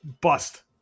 bust